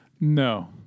No